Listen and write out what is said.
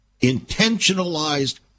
intentionalized